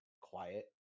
quiet